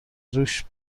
رووش